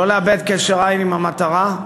לא לאבד קשר עין עם המטרה,